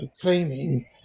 claiming